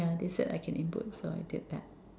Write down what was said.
yeah they said I can input so I did that